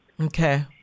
Okay